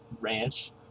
ranch